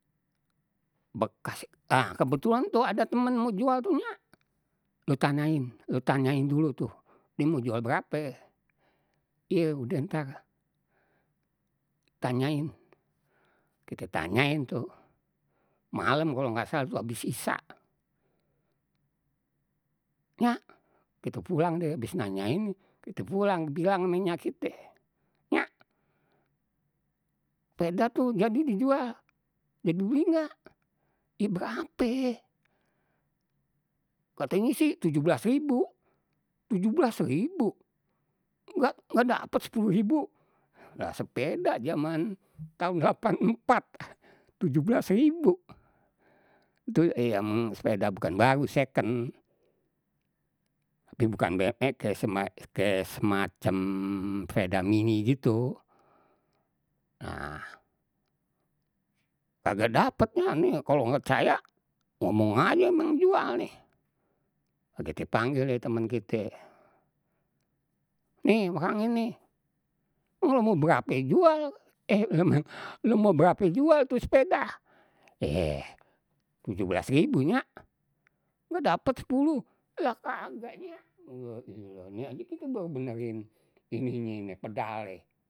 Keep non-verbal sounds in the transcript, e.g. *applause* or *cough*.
Bekas ah kebetulan tuh ada temen mau jual tu nyak, lu tanyain lu tanyain dulu tuh die mau jual berape, iye udeh ntar. Tanyain kite tanyain tu malem tu kalau nggak salah abis isya, nyak kita pulang deh abis nanyain kite pulang bilang ame nyak kite, nyak peda tu jadi dijual dibeli nggak, ye berape, katenye sih tujuh belas ribu, tujuh belas ribu nggak dapet sepuluh ribu, lah sepeda jaman taun lapan empat tujuh belas ribu, tu e ya sepeda bukan baru second, tapi bukan be ek kayak semacem sepeda mini gitu, nah kagak dapet nyak nih kalau nggak caya ngomong aje ma yang jualnye, kite panggil deh temen kite nih orangnye ni lu mau berape jual *unintelligible* lu mau berape jual tu sepedah, yeh tujuh belas ribu nyak, ga dapet sepuluh, ya kagak nyak ini aje kite baru benerin ininye nih pedalnye.